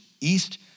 east